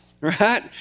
right